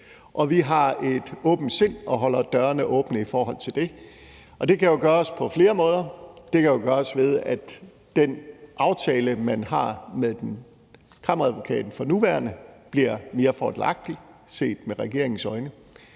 og vi har et åbent sind og holder dørene åbne i forhold til det, og det kan jo gøres på flere måder. Det kan jo gøres ved, at den aftale, man har med Kammeradvokaten for nuværende, bliver mere fordelagtig set med regeringens øjne.